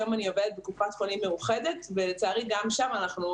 היום אני עובדת בקופת חולים מאוחדת ולצערי גם שם אנחנו